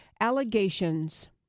allegations